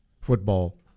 Football